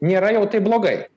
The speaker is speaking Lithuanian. nėra jau taip blogai